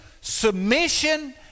submission